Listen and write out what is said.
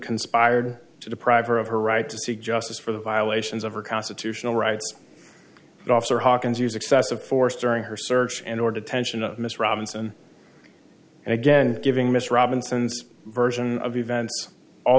conspired to deprive her of her right to seek justice for the violations of her constitutional rights officer hawkins use excessive force during her search and or detention of miss robinson and again giving mr robinson's version of events all